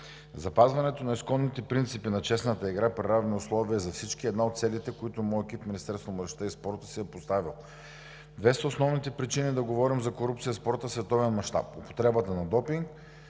запазването на изконните принципи на честната игра при равни условия за всички е една от целите, които моят екип в Министерството на младежта и спорта си е поставил. Две са основните причини да говорим за корупция в спорта в световен мащаб – употребата на допинг